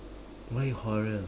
why horror